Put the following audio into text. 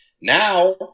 now